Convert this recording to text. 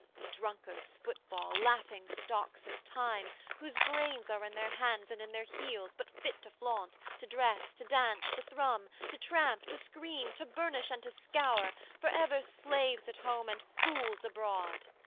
the drunkard's football, laughing-stocks of time, whose brains are in their hands and in their heels but fit to flaunt, to dress, to dance, to thrum, to tramp, to scream, to burnish, and to scour for ever slaves at home and fools abroad